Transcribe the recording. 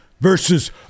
versus